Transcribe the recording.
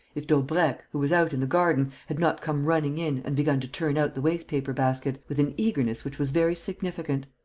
if daubrecq, who was out in the garden, had not come running in and begun to turn out the waste-paper-basket, with an eagerness which was very significant.